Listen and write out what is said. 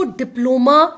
diploma